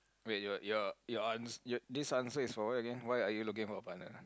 wait your your your your ans~ this answer is for what again why are you looking for a partner ah